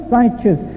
righteous